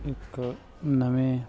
ਇੱਕ ਨਵੇਂ